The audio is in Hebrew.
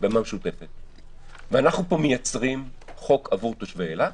אנחנו פה מייצרים חוק עבור תושבי אילת,